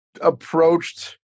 approached